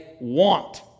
want